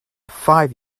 five